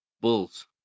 Bulls